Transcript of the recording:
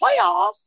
playoffs